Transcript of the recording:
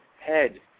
Head